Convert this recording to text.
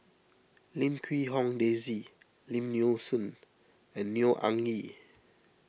Lim Quee Hong Daisy Lim Nee Soon and Neo Anngee